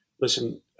listen